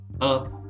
up